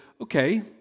okay